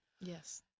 Yes